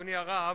לדאבוני הרב,